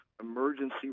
emergency